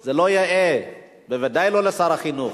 זה לא יאה, בוודאי לא לשר החינוך.